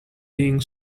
being